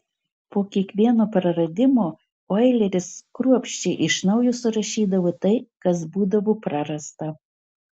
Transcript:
po kiekvieno praradimo oileris kruopščiai iš naujo surašydavo tai kas būdavo prarasta